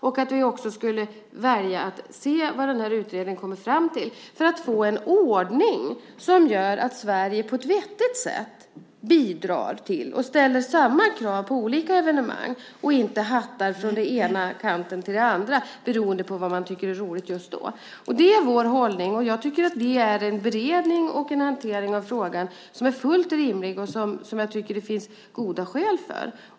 Vi skulle också välja att se vad den här utredningen kommer fram till för att få en ordning som gör att Sverige på ett vettigt sätt bidrar till att ställa samma krav på olika evenemang och inte hattar från den ena kanten till den andra beroende på vad man tycker är roligt just då. Det är vår hållning. Jag tycker att det är en beredning och hantering av frågan som är fullt rimlig och som jag tycker att det finns goda skäl för.